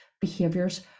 behaviors